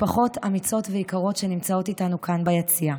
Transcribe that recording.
משפחות אמיצות ויקרות, שנמצאות איתנו כאן ביציע.